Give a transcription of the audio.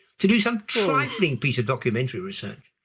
to do some trifling piece of documentary research.